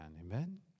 Amen